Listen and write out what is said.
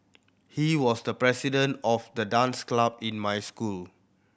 he was the president of the dance club in my school